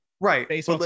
Right